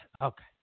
Okay